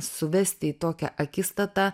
suvesti į tokią akistatą